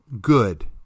good